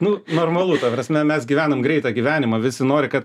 nu normalu ta prasme mes gyvenam greitą gyvenimą visi nori kad